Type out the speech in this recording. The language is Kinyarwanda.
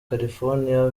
california